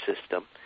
system